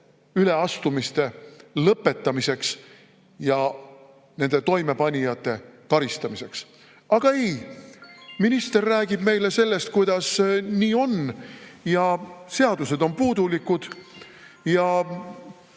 üleastumiste lõpetamiseks ja nende toimepanijate karistamiseks. Aga ei, minister räägib meile sellest, kuidas nii on ja seadused on puudulikud,